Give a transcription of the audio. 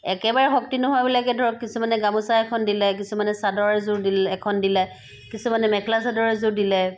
একেবাৰে শক্তি নোহোৱাবিলাকে ধৰক কিছুমানে গামোচা এখন দিলে কিছুমানে চাদৰ এযোৰ এখন দিলে কিছুমানে মেখেলা চাদৰ এযোৰ দিলে